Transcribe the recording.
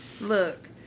Look